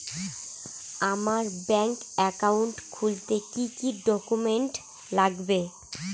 আমার bank account খুলতে কি কি ডকুমেন্ট লাগবে?